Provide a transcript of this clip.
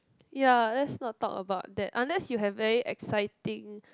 ya let's not talk about that unless you have very exciting